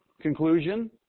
Conclusion